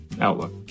outlook